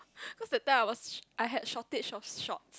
cause that time I was I had shortage of shorts